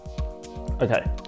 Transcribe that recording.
Okay